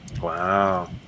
Wow